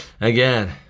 Again